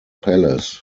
palace